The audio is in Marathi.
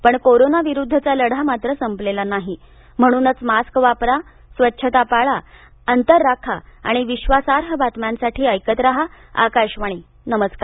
पण कोरोना विरुद्धचा लढा मात्र संपलेला नाही म्हणूनच मास्क वापर स्वच्छता पाळा अंतर राखा आणि विश्वासार्ह बातम्यांसाठी ऐकत राहा आकाशवाणी नमस्कार